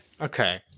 Okay